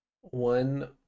One